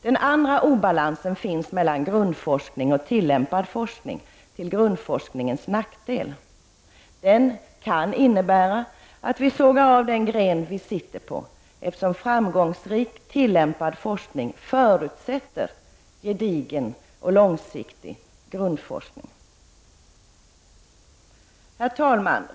Det andra problemet är obalansen mellan grundforskning och tillämpad forskning till grundforskningens nackdel. Denna obalans kan innebära att vi sågar av den gren vi sitter på, eftersom framgångsrik tillämpad forskning förutsätter gedigen och långsiktig grundforskning. Herr talman!